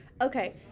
Okay